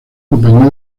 compañía